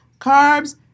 Carbs